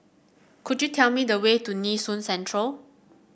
could you tell me the way to Nee Soon Central